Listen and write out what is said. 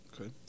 Okay